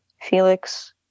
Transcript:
Felix